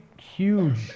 huge